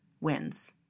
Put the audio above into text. wins